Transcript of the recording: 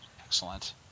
Excellent